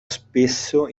spesso